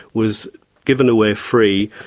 was given away free,